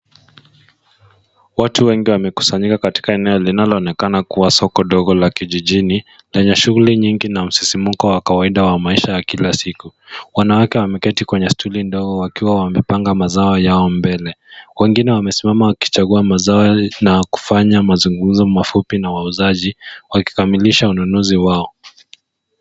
Watu wengi wamekusanyika katika eneo linaloonekana kuwa soko ndogo la kijijini lenye shughuli nyingi na msisimko wa kawaida wa maisha ya kila siku. Wanawake wameketi kwenye stuli ndogo wakiwa wamepanga mazao yao mbele. Wengine wamesimama wakichagua mazao na kufanya mazungumzo mafupi na wauzaji wakimaliza ununuzi wao.